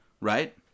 right